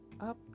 up